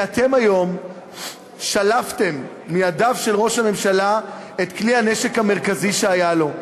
כי אתם היום שלפתם מהדף של ראש הממשלה את כלי הנשק המרכזי שהיה לו.